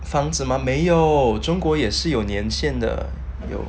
房子吗没有中国也是有年限的